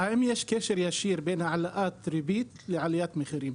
האם יש קשר ישיר בין העלאת ריבית לעליית מחירים?